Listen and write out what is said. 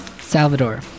Salvador